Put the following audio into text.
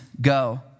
go